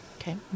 Okay